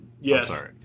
Yes